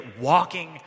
walking